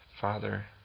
Father